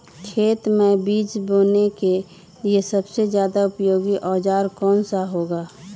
खेत मै बीज बोने के लिए सबसे ज्यादा उपयोगी औजार कौन सा होगा?